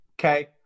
Okay